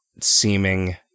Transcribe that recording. seeming